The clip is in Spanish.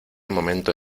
momento